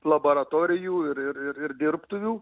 laboratorijų ir ir dirbtuvių